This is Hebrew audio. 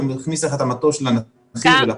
מכניס לך את המטוש לנחיר ולפה.